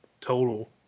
total